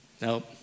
nope